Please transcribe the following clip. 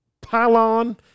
pylon